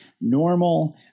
normal